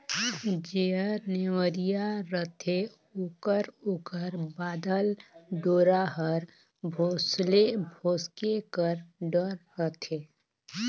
जेहर नेवरिया रहथे ओकर ओकर बाधल डोरा हर भोसके कर डर रहथे